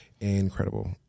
incredible